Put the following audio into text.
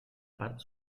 part